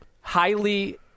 highly